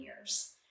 years